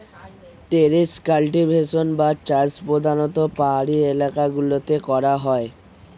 terrace cultivation বা চাষ প্রধানতঃ পাহাড়ি এলাকা গুলোতে করা হয়